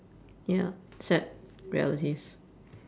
ya sad realities